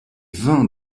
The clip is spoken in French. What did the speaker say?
vins